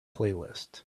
playlist